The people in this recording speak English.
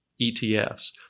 ETFs